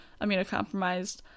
immunocompromised